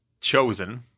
chosen